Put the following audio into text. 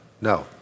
No